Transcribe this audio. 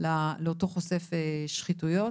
לאותו חושף שחיתויות,